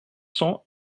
cents